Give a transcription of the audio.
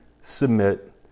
submit